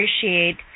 appreciate